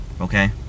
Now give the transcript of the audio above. Okay